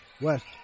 West